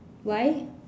why